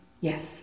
yes